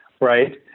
right